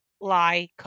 lie